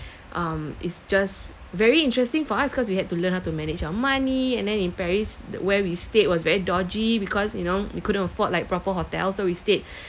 um it's just very interesting for us cause we had to learn how to manage our money and then in paris the where we stayed was very dodgy because you know we couldn't afford like proper hotels so we stayed